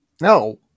No